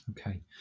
okay